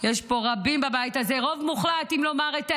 יש פה רבים בבית הזה, רוב מוחלט, אם לומר את האמת,